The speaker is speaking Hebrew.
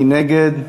מי נגד?